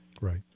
right